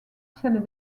celle